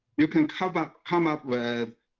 you can come up come up with